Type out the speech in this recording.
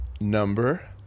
number